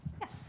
Yes